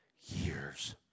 years